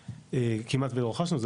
כמעט ולא רכשנו,